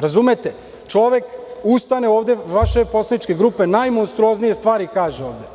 Razumete, čovek ustane ovde, vaš šef poslaničke grupe i najmonstruoznije stvari kaže ovde